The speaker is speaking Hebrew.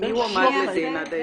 קיבל שוחד,